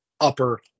upper